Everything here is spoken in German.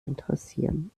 interessieren